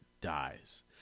dies